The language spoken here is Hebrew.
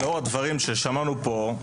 לאור הדברים ששמענו פה,